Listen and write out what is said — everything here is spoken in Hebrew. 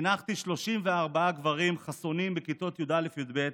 חינכתי 34 גברים חסונים בכיתות י"א-י"ב,